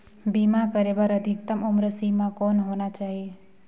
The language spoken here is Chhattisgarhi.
बीमा करे बर अधिकतम उम्र सीमा कौन होना चाही?